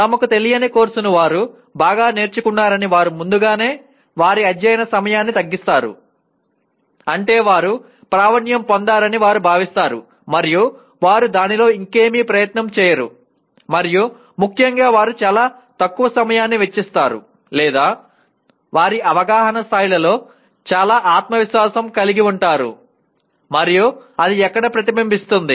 తమకు తెలియని కోర్సుని వారు బాగా నేర్చుకున్నారని వారు ముందుగానే వారి అధ్యయన సమయాన్ని తగ్గిస్తారు అంటే వారు ప్రావీణ్యం పొందారని వారు భావిస్తారు మరియు వారు దానిలో ఇంకేమీ ప్రయత్నం చేయరు మరియు ముఖ్యంగా వారు చాలా తక్కువ సమయాన్ని వెచ్చిస్తారు లేదా వారి అవగాహన స్థాయిలో చాలా ఆత్మవిశ్వాసం కలిగి ఉంటారు మరియు అది ఎక్కడ ప్రతిబింబిస్తుంది